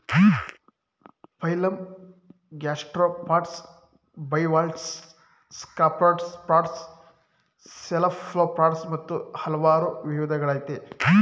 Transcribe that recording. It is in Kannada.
phylum gastropods bivalves scaphopods cephalopods ಮತ್ತು ಹಲ್ವಾರ್ ವಿದಗಳಯ್ತೆ